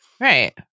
Right